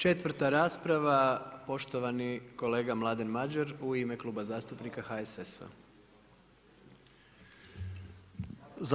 4. rasprava, poštovani kolega Mladen Madjer, u ime Kluba zastupnika HSS-a.